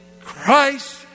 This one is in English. Christ